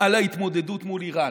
על ההתמודדות מול איראן.